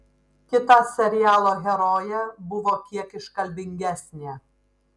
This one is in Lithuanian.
kita serialo herojė buvo kiek iškalbingesnė